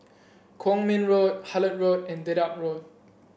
Kwong Min Road Hullet Road and Dedap Road